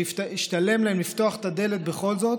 שישתלם להם לפתוח את הדלת בכל זאת,